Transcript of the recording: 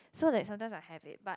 so that seldom I had it but